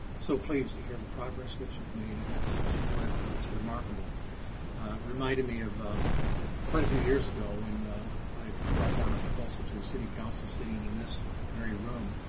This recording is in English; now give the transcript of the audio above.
so pleased to hear the progress that you've made, and and so supportive of it. it's remarkable reminded me of quite a few years ago when i brought down a proposal to a city council sitting in this very room.